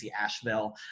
Asheville